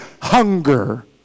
hunger